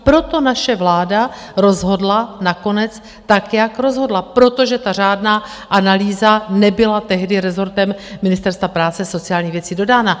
Proto naše vláda rozhodla nakonec tak, jak rozhodla, protože ta řádná analýza nebyla tehdy rezortem Ministerstva práce a sociálních věcí dodána.